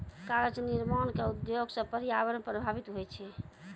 कागज निर्माण क उद्योग सँ पर्यावरण प्रभावित होय छै